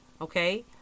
Okay